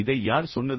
இதை யார் சொன்னது